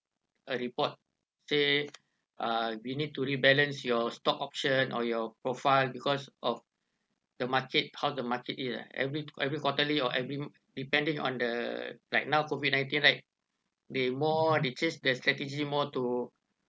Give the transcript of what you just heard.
a report say uh we need to re-balance your stock option or your profile because of the market how the market it ah every every quarterly or every depending on the like now COVID nineteen right they more they change their strategy more to